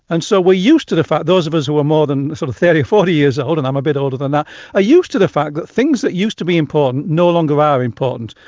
and so we're used to the fact, those of us who are more than sort of thirty or forty years old and i'm a bit older than that, are ah used to the fact that things that used to be important no longer are important.